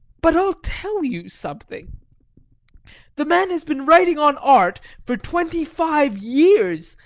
but i'll tell you something the man has been writing on art for twenty-five years,